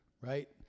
right